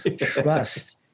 Trust